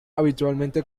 habitualmente